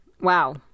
wow